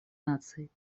наций